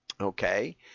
Okay